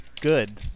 good